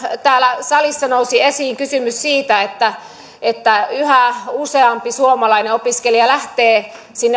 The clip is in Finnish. täällä salissa nousi esiin kysymys siitä että että yhä useampi suomalainen opiskelija lähtee